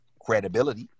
credibility